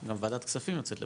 גם ועדת כספים יוצאת לפגרה.